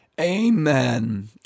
Amen